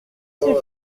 ses